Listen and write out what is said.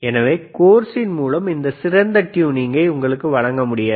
எனவே கோர்ஸ் இன் மூலமாக இந்த சிறந்த டியூனிங்கை உங்களுக்கு வழங்க முடியாது